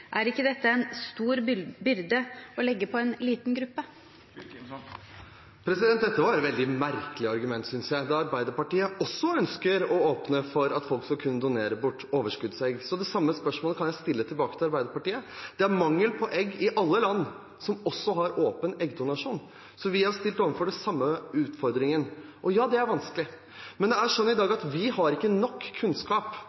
Er ikke dette en stor byrde å legge på en liten gruppe? Dette var et veldig merkelig argument, synes jeg, da Arbeiderpartiet også ønsker å åpne for at folk skal kunne donere overskuddsegg. Så det samme spørsmålet kan jeg stille tilbake til Arbeiderpartiet. Det er mangel på egg i alle land som har åpen eggdonasjon. Vi er stilt overfor den samme utfordringen. Ja, det er vanskelig, Men det er slik i dag